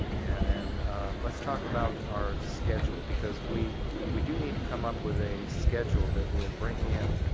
and then let's talk about our schedule because we we do need to come up with a schedule that will bring in